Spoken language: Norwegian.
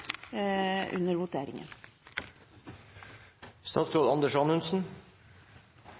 under voteringen.